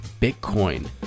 Bitcoin